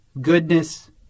goodness